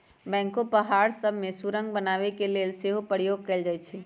backhoe पहाड़ सभ में सुरंग बनाने के लेल सेहो प्रयोग कएल जाइ छइ